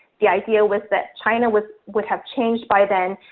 the idea was that china was would have changed by then,